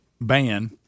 ban